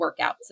workouts